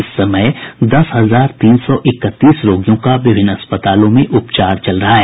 इस समय दस हजार तीन सौ इकतीस रोगियों का विभिन्न अस्पतालों में इलाज चल रहा है